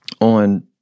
on